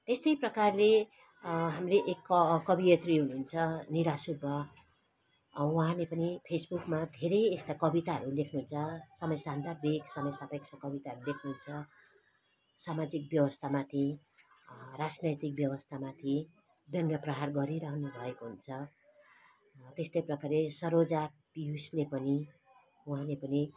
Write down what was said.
त्यस्तै प्रकारले हाम्रो एक क कवियत्री हुनुहुन्छ निरा सुब्बा उहाँले पनि फेसबुकमा धेरै यस्ता कविताहरू लेख्नुहुन्छ समय सान्दर्भिक समय सापेक्ष कविताहरू लेख्नुहुन्छ समाजिक व्यवस्थामाथि राजनैतिक व्यवस्थामाथि ब्यङ्ग्य प्रहार गरिरहनुभएको हुन्छ त्यस्तै प्रकारले सरोजा पियुसले पनि उहाँले पनि